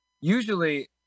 usually